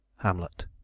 HAMLET